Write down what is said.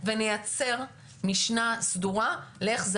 בואו נבוא ונייצר משנה סדורה איך זה